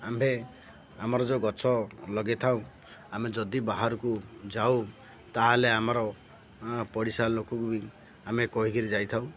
ଆମ୍ଭେ ଆମର ଯେଉଁ ଗଛ ଲଗାଇ ଥାଉ ଆମେ ଯଦି ବାହାରକୁ ଯାଉ ତା'ହେଲେ ଆମର ପଡ଼ିଶା ଲୋକକୁ ବି ଆମେ କହିକିରି ଯାଇଥାଉ